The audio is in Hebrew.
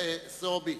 בבקשה,